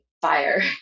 Fire